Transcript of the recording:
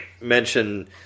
mention